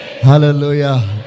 Hallelujah